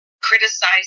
criticize